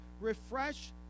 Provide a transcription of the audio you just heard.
Refresh